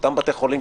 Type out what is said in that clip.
אותם בתי חולים,